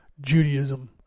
Judaism